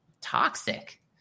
toxic